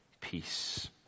peace